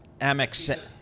Amex